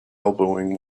elbowing